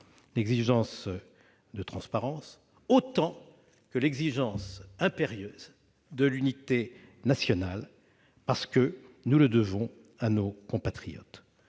dialogue et de transparence, autant que celle, impérieuse, d'unité nationale, parce que nous le devons à nos compatriotes.